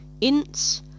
Ints